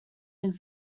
his